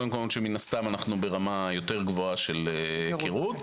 מן הסתם אלו מקומות שאנחנו ברמה יותר גבוהה של היכרות.